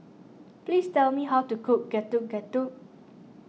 please tell me how to cook Getuk Getuk